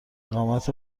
اقامت